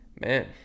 man